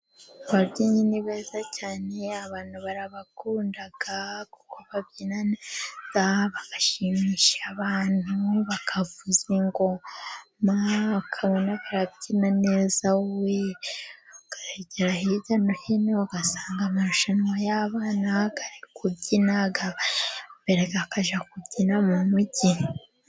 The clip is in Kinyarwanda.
Ababyinnyi ni beza cyane, abantu barabakunda, kuko babyina bagashimisha abantu, bakavuza ingoma, ukabona barabyina neza wee! Agera hirya no hino ugasanga amarushanwa y'abana ari kubyinaga, imbere akajya kubyina mu mugi.